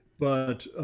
but